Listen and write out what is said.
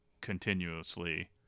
continuously